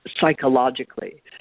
psychologically